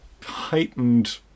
heightened